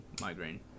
migraine